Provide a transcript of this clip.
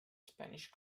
spanish